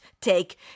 take